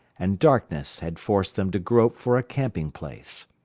and darkness had forced them to grope for a camping place.